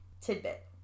tidbit